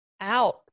out